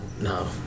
no